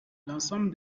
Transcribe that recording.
l’ensemble